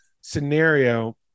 scenario